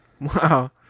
Wow